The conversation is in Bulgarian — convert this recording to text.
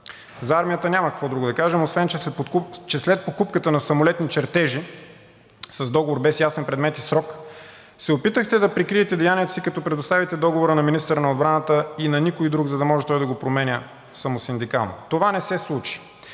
За армията няма какво друго да кажем, освен че след покупката на самолетни чертежи, с договор без ясен предмет и срок, се опитахте да прикриете влиянието си, като предоставите договора на министъра на отбраната и на никой друг, за да може той да го променя самосиндикално. Това не се случи,